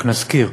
רק נזכיר: